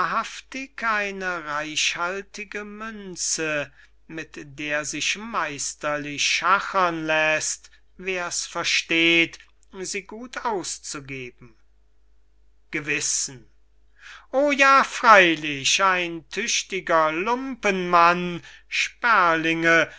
eine reichhaltige münze mit der sich meisterlich schachern läßt wer's versteht sie gut auszugeben gewissen o ja freilich ein tüchtiger lumpenmann sperlinge